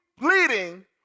bleeding